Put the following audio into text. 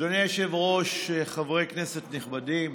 אדוני היושב-ראש, חברי כנסת נכבדים,